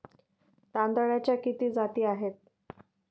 तांदळाच्या किती जाती आहेत?